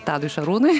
tadui šarūnui